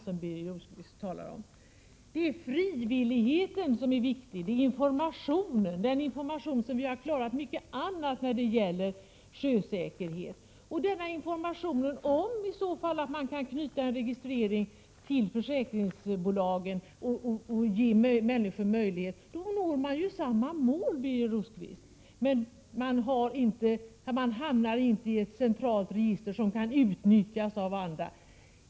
som Birger Rosqvist här talar om. Det är frivilligheten som är viktig. Det gäller också för informationen. Vi har ju på det sättet klarat av många andra saker när det gäller sjösäkerheten. Om människor själva får välja att knyta registreringen till försäkringsbolagen, når man ju samma effekt, Birger Rosqvist. Skillnaden är bara att man då inte hamnar i ett centralt register som kan utnyttjas av andra.